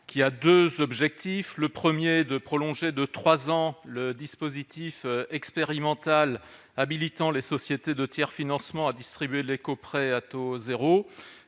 Premièrement, il vise à prolonger de trois ans le dispositif expérimental habilitant les sociétés de tiers-financement à distribuer l'écoprêt à taux zéro.